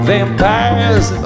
Vampires